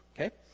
Okay